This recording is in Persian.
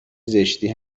زشتی